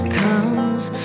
comes